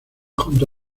junto